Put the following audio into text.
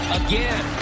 again